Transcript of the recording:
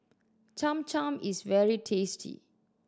Cham Cham is very tasty